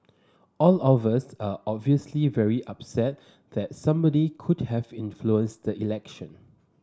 all of us are obviously very upset that somebody could have influenced the election